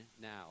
now